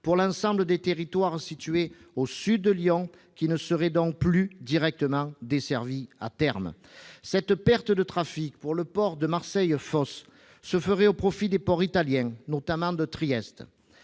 pour l'ensemble des territoires situés au sud de Lyon, qui ne seraient plus directement desservis à terme. Cette perte de trafic pour le port de Marseille-Fos s'effectuerait au profit des ports italiens, notamment Trieste.